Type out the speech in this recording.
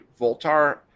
Voltar